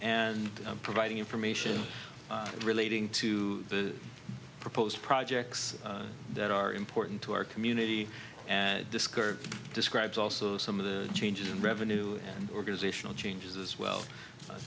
and providing information relating to the proposed projects that are important to our community and discourage describes also some of the changes in revenue and organizational changes as well